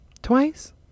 Twice